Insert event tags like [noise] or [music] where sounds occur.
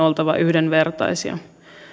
[unintelligible] oltava yhdenvertaisia